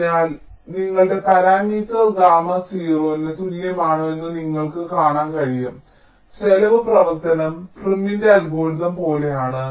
അതിനാൽ നിങ്ങളുടെ parameter gamma 0 ന് തുല്യമാണോ എന്ന് നിങ്ങൾക്ക് കാണാൻ കഴിയും ചെലവ് പ്രവർത്തനം പ്രിമിന്റെ അൽഗോരിതം പോലെയാണ്